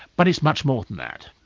but it's much more than that.